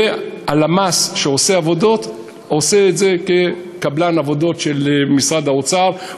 והלמ"ס שעושה עבודות עושה את זה כקבלן עבודות של משרד האוצר,